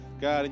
God